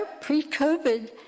pre-COVID